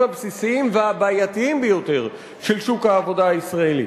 הבסיסיים והבעייתיים ביותר של שוק העבודה הישראלי.